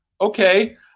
okay